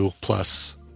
plus